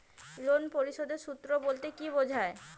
Loan পরিশোধের সূএ বলতে কি বোঝায়?